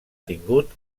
tingut